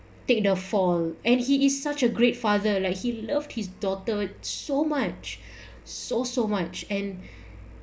take the fall and he is such a great father like he loved his daughter so much so so much and